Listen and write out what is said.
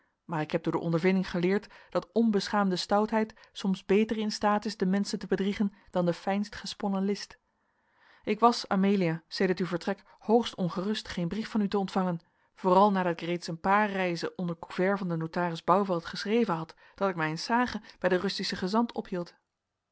maar ik heb door de ondervinding geleerd dat onbeschaamde stoutheid soms beter in staat is de menschen te bedriegen dan de fijnst gesponnen list ik was amelia sedert uw vertrek hoogst ongerust geen brief van u te ontvangen vooral nadat ik reeds een paar reizen onder couvert van den notaris bouvelt geschreven had dat ik mij in s hage bij den russischen gezant ophield